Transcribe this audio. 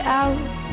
out